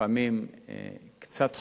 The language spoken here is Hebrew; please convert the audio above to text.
לפעמים קצת חום,